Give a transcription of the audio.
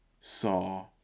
saw